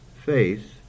faith